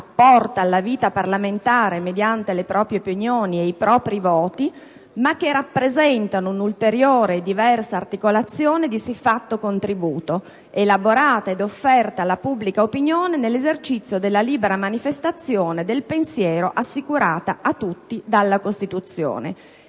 apporta alla vita parlamentare mediante le proprie opinioni e i propri voti (...), ma che rappresentano una ulteriore e diversa articolazione di siffatto contributo, elaborata ed offerta alla pubblica opinione nell'esercizio della libera manifestazione del pensiero assicurata a tutti dalla Costituzione